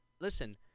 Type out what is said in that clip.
listen